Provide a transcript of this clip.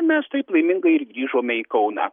mes taip laimingai ir grįžome į kauną